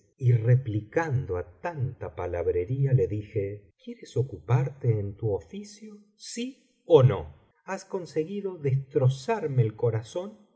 y replicando á tanta palabrería le dije quieres ocuparte en tu oficio sí ó no has conseguido destrozarme el corazón